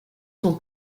son